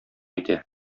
итә